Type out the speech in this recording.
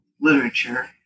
literature